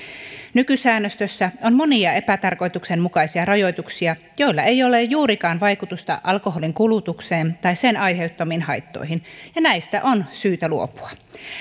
nykysäännöstössä on monia epätarkoituksenmukaisia rajoituksia joilla ei ole juurikaan vaikutusta alkoholinkulutukseen tai sen aiheuttamiin haittoihin ja näistä on syytä luopua